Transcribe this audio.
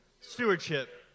Stewardship